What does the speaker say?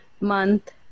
month